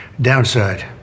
downside